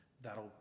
that'll